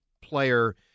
player